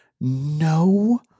no